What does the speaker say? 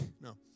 No